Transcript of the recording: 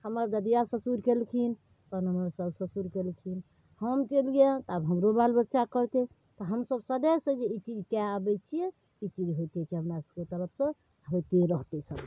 हमर ददिआ ससुर केलखिन तहन हमर साउस ससुर केलखिन हम केलियै हँ तऽ आब हमरो बालबच्चा करतै तऽ हमसब सदैबसँ ई चीज कए अबैत छियै ई चीज होइते छै हमरा सबके तरफसँ होइते रहतै सबदिन